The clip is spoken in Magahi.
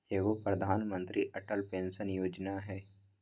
एगो प्रधानमंत्री अटल पेंसन योजना है?